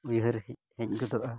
ᱩᱭᱦᱟᱹᱨ ᱦᱮᱡ ᱜᱚᱫᱚᱜᱼᱟ